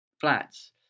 flats